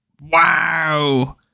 Wow